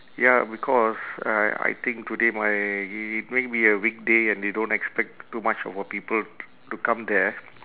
ya because I I think today mi~ might be weekday and they don't expect too much of a people to come there